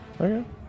Okay